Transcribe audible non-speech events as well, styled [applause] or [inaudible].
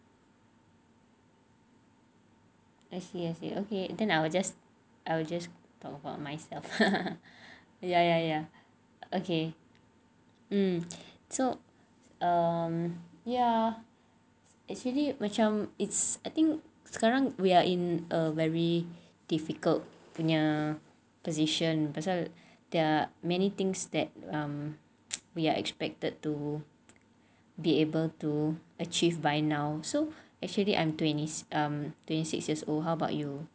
I see I see okay then I will just I will just talk about myself [laughs] ya ya ya okay um so um ya it's really macam it's I think sekarang we're in a very difficult punya position pasal there are many things that we are expected to be able to achieve by now so actually I'm twenty I'm twenty six years old how about you